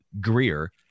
Greer